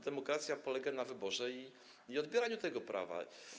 Demokracja polega na wyborze i odbieraniu tego prawa.